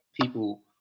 people